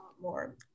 more